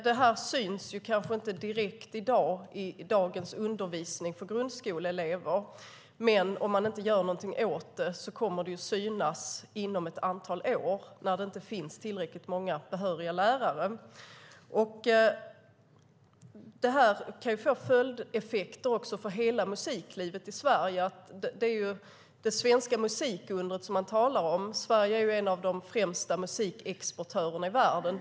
Detta syns kanske inte direkt i dagens undervisning för grundskoleelever, men om man inte gör någonting åt det kommer det att synas inom ett antal år när det inte finns tillräckligt många behöriga lärare. Det kan få följdeffekter också för hela musiklivet i Sverige. Man talar om det svenska musikundret. Sverige är ju en av de främsta musikexportörerna i världen.